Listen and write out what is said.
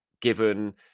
given